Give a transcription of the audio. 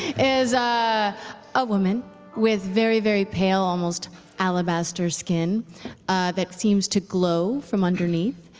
is a woman with very, very pale, almost alabaster skin that seems to glow from underneath.